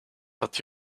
but